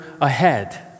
ahead